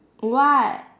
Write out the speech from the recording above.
what